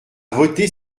voter